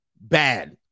bad